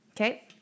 Okay